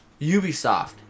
Ubisoft